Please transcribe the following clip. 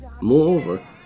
Moreover